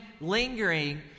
lingering